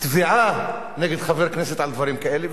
תביעה נגד חבר כנסת על דברים כאלה.